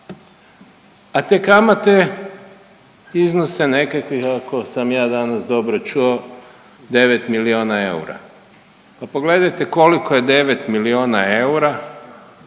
a te kamate iznose nekakvih ako sam ja danas dobro čuo 9 milijuna eura. A pogledajte koliko je 9 milijuna eura